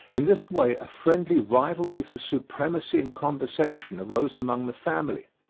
in this way a friendly rivalry for supremacy in conversation arose among the family,